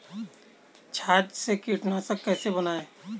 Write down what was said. छाछ से कीटनाशक कैसे बनाएँ?